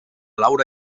laura